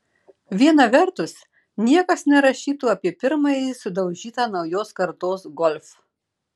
viena vertus niekas nerašytų apie pirmąjį sudaužytą naujos kartos golf